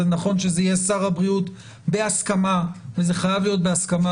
זה נכון שזה יהיה שר הבריאות בהסכמה וזה חייב להיות בהסכמה,